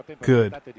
Good